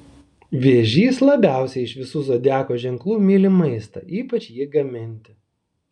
vėžys labiausiai iš visų zodiako ženklų myli maistą ypač jį gaminti